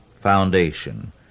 Foundation